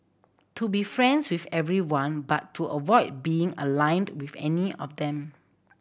to be friends with everyone but to avoid being aligned with any of them